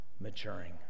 maturing